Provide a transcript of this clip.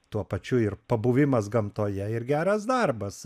tuo pačiu ir pabuvimas gamtoje ir geras darbas